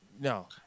no